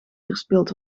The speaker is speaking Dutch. verspild